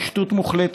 שטות מוחלטת,